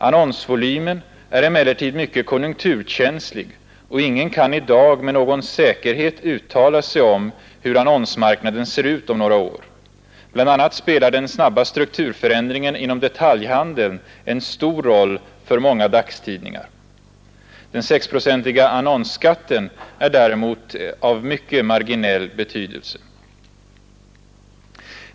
Annonsvolymen är emellertid mycket konjunkturkänslig, och ingen kan i dag med någon säkerhet uttala sig om hur annonsmarknaden ser ut om några år. Bl. a. spelar den snabba strukturförändringen inom detaljhandeln en stor roll för många dagstidningar. Den 6-procentiga annonsskatten är däremot av mycket marginell betydelse.